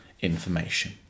information